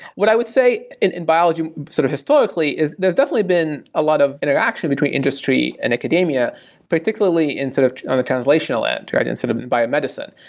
what i would say in in biology sort of historically is there's definitely been a lot of interaction between industry and academia particularly sort of on the translational end, in sort of and biomedicine.